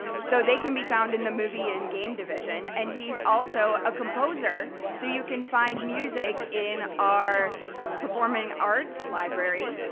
so they can be found in the movie and game division. and he's also a composer, so you can find music in our performing arts library.